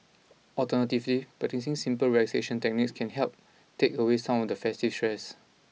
alternatively practising simple relaxation techniques can help take away some of the festive stress